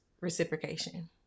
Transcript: reciprocation